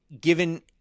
given